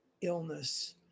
illness